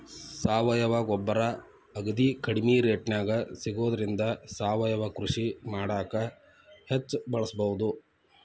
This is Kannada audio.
ಸಾವಯವ ಗೊಬ್ಬರ ಅಗದಿ ಕಡಿಮೆ ರೇಟ್ನ್ಯಾಗ ಸಿಗೋದ್ರಿಂದ ಸಾವಯವ ಕೃಷಿ ಮಾಡಾಕ ಹೆಚ್ಚ್ ಬಳಸಬಹುದು